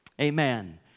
amen